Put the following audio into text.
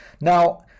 Now